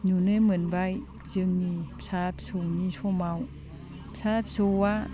नुनो मोनबाय जोंनि फिसा फिसौनि समाव फिसा फिसौआ